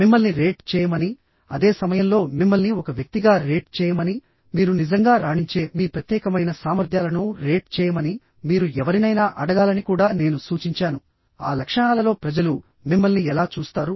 మిమ్మల్ని రేట్ చేయమని అదే సమయంలో మిమ్మల్ని ఒక వ్యక్తిగా రేట్ చేయమని మీరు నిజంగా రాణించే మీ ప్రత్యేకమైన సామర్థ్యాలను రేట్ చేయమని మీరు ఎవరినైనా అడగాలని కూడా నేను సూచించాను ఆ లక్షణాలలో ప్రజలు మిమ్మల్ని ఎలా చూస్తారు